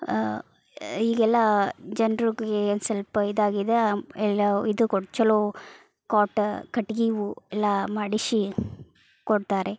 ಈಗೆಲ್ಲ ಜನ್ರಿಗೇ ಒಂದು ಸ್ವಲ್ಪ ಇದಾಗಿದೆ ಎಲ್ಲ ಇದು ಕೊಟ್ಟು ಚೊಲೋ ಕ್ವಾಟ ಕಟ್ಗೆವು ಎಲ್ಲ ಮಾಡಿಸಿ ಕೊಡ್ತಾರೆ